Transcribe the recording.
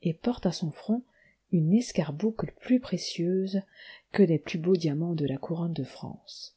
et porte à son front une escarboucle plus précieuse que les plus beaux diamants de la couronne de france